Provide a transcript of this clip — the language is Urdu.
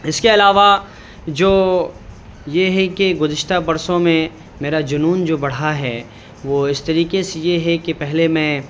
اس کے علاوہ جو یہ ہے کہ گزشتہ برسوں میں میرا جنون جو بڑھا ہے وہ اس طریقے سے یہ ہے کہ پہلے میں